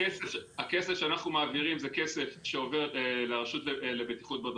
הכסף שאנחנו מעבירים זה כסף שעובר לרשות לבטיחות בדרכים.